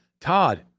Todd